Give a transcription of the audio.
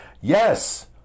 yes